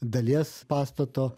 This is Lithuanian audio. dalies pastato